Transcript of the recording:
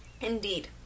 Indeed